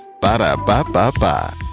ba-da-ba-ba-ba